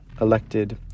elected